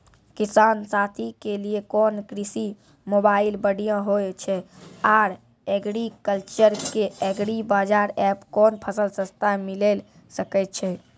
किसान साथी के लिए कोन कृषि मोबाइल बढ़िया होय छै आर एग्रीकल्चर के एग्रीबाजार एप कोन फसल सस्ता मिलैल सकै छै?